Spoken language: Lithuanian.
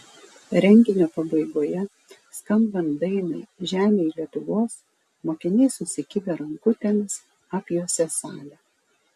renginio pabaigoje skambant dainai žemėj lietuvos mokiniai susikabinę rankutėmis apjuosė salę